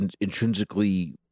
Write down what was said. intrinsically